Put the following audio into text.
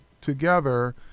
together